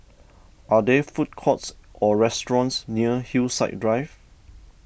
are there food courts or restaurants near Hillside Drive